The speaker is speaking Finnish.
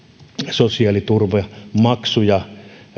sosiaaliturvamaksuja